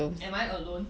am I alone